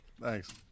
Thanks